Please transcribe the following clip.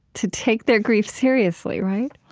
to take their grief seriously, right?